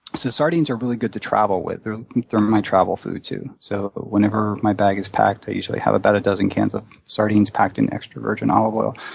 so sardines are really good to travel with. they're they're in my travel food too. so whenever my bag is packed, i usually have about a dozen cans of sardines packed in extra virgin olive oil.